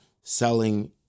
selling